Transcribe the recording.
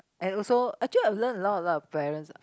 and also actually I learn a lot a lot of parents